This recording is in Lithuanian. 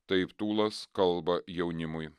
taip tūlas kalba jaunimui